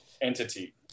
entity